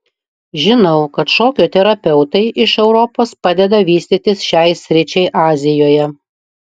žinau kad šokio terapeutai iš europos padeda vystytis šiai sričiai azijoje